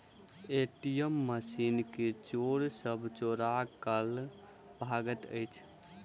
ATM machine के चोर सब चोरा क ल भगैत अछि